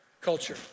culture